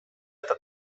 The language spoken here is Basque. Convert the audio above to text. eta